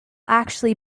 actually